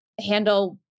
handle